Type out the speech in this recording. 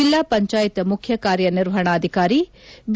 ಜಿಲ್ಲಾ ಪಂಚಾಯತ್ ಮುಖ್ಯ ಕಾರ್ಯ ನಿರ್ವಹಣಾಧಿಕಾರಿ ಬಿ